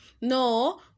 No